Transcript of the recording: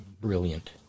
Brilliant